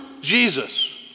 Jesus